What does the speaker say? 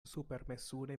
supermezure